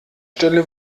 stelle